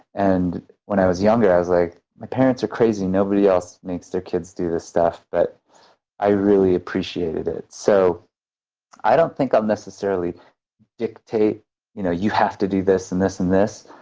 and when i was younger, i was like, my parents are crazy nobody else makes their kids do this stuff. but i really appreciated it. so i don't think i'll necessarily dictate you know you have to do this and this and this.